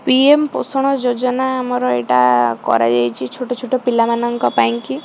PM Poshan Yojana ଆମର ଏଇଟା କରାଯାଇଛି ଛୋଟ ଛୋଟ ପିଲାମାନଙ୍କ ପାଇଁକି